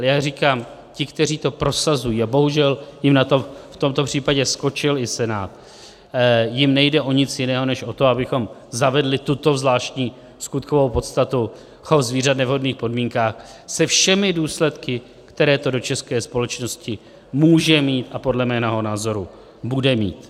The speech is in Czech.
Ale já říkám, těm, kteří to prosazují, a bohužel jim na to v tomto případě skočil i Senát, nejde o nic jiného než o to, abychom zavedli tuto zvláštní skutkovou podstatu, chov zvířat v nevhodných podmínkách, se všemi důsledky, které to do české společnosti může mít a podle mého názoru bude mít.